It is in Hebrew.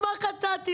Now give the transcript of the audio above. מה חטאתי?